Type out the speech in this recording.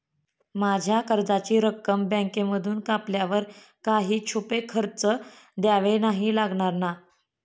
माझ्या कर्जाची रक्कम बँकेमधून कापल्यावर काही छुपे खर्च द्यावे नाही लागणार ना?